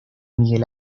miguel